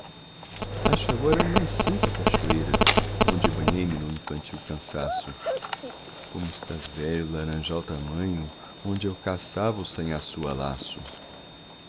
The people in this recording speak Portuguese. acho agora mais seca a cachoeira onde banhei me no infantil cansaço como está velho o laranjal tamanho onde eu caçava o sanhaçu a laço